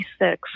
1996